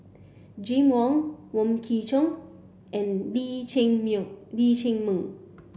Jim Wong Wong Kwei Cheong and Lee Chiaw Lee Chiaw Meng